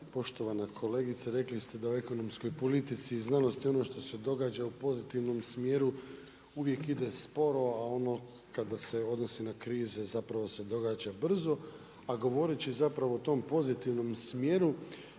Poštovana kolegice, rekli ste da u ekonomskoj politici i znanosti ono što se događa u pozitivnom smjeru uvijek ide sporo, a ono kada se odnosi na krize, zapravo se događa brzo. A govoreći zapravo o tom pozitivnom smjeru,